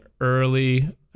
early